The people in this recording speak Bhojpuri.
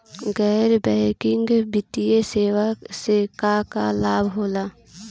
गैर बैंकिंग वित्तीय सेवाएं से का का लाभ होला?